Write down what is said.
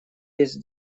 есть